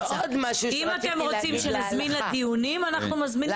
אם אתם רוצים שנזמין לדיונים, אנחנו מזמינים.